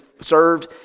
served